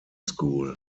school